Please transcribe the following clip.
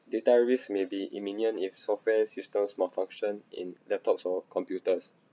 data risk may be imminiant if software systems malfunction in laptops or computers